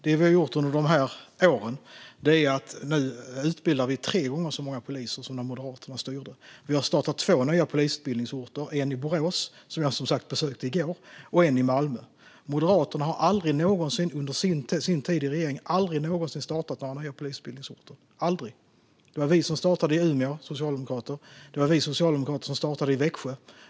Det vi har gjort under de här åren är att vi nu utbildar tre gånger så många poliser som när Moderaterna styrde. Vi har startat polisutbildning på två nya orter: en i Borås, som jag som sagt besökte i går, och en i Malmö. Moderaterna har aldrig någonsin under sin tid i regering startat några nya polisutbildningsorter. Aldrig. Det var vi socialdemokrater som startade i Umeå. Det var vi socialdemokrater som startade i Växjö.